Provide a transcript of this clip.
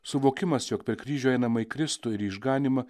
suvokimas jog per kryžių einama į kristų ir į išganymą